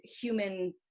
human